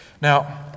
Now